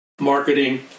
marketing